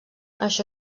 això